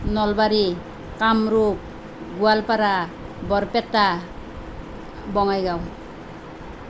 Nalbari Kamrup Goalpara Barpeta Bongaigaon